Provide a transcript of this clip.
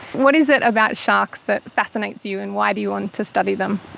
what is it about sharks that fascinates you and why do you want to study them?